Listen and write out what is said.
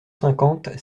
cinquante